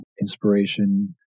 inspiration